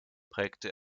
prägte